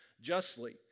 justly